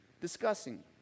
discussing